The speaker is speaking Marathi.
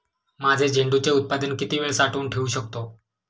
माझे झेंडूचे उत्पादन किती वेळ साठवून ठेवू शकतो?